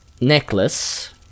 Necklace